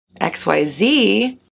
XYZ